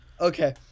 Okay